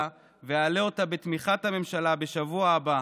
ואעלה אותה בתמיכת הממשלה בשבוע הבא,